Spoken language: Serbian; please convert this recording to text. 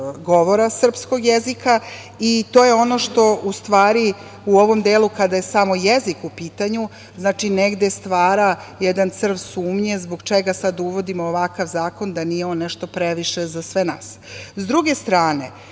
govora srpskog jezika i to je ono što u stvari u ovom delu kada je samo jezik u pitanju, znači, negde stvara jedan crv sumnje zbog čega sad uvodimo ovakav zakon, da nije on nešto previše za sve nas,